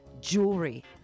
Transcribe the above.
jewelry